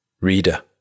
Reader